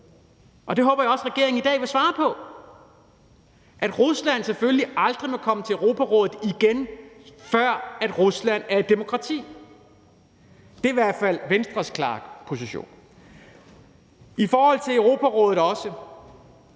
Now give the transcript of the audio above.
Det håber jeg også at regeringen i dag vil bekræfte, altså at Rusland selvfølgelig ikke må komme ind i Europarådet igen, før Rusland er et demokrati. Det er i hvert fald Venstres klare position. I forhold til Europarådet må